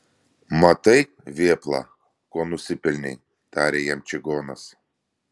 matai vėpla ko nusipelnei tarė jam čigonas